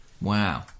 Wow